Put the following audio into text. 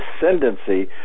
ascendancy